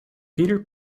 peter